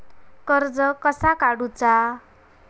कर्ज कसा काडूचा?